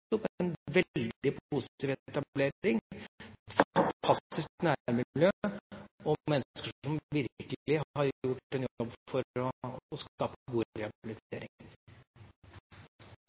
jo nettopp en veldig positiv etablering, et fantastisk nærmiljø og mennesker som virkelig har gjort en jobb for å skape god